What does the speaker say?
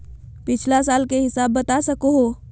पिछला साल के हिसाब बता सको हो?